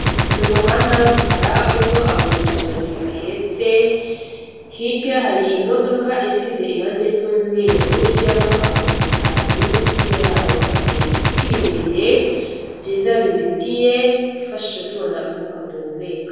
Ni umuhanda w'umukara urimo abanyonzi babiri bahetse, hirya hari imodoka isize irange ry'umweru ijyamo abantu batanu, hirya yayo ibiti birebire byiza bizitiye twifashisha tubona umwuka duhumeka.